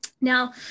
Now